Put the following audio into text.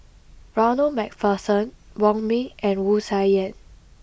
Ronald MacPherson Wong Ming and Wu Tsai Yen